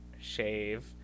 shave